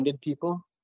people